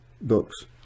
books